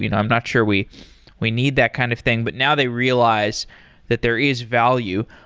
you know i'm not sure we we need that kind of thing, but now they realize that there is value.